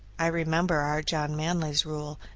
i remember our john manly's rule,